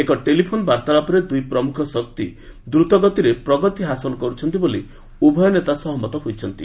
ଏକ ଟେଲିଫୋନ ବାର୍ତ୍ତାଳାପରେ ଦୁଇ ପ୍ରମୁଖ ଶକ୍ତି ଦ୍ରତଗତିରେ ପ୍ରଗତି ହାସଲ କରୁଛନ୍ତି ବୋଲି ଉଭୟ ନେତା ସହମତ ହୋଇଛନ୍ତି